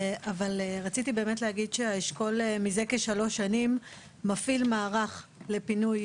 אבל רציתי באמת להגיד שהאשכול מזה כשלוש שנים מפעיל מערך לפינוי